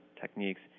techniques